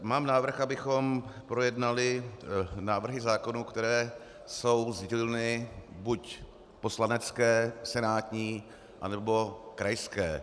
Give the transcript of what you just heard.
Mám návrh, abychom projednali návrhy zákonů, které jsou z dílny buď poslanecké, senátní, anebo krajské.